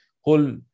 whole